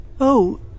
Oh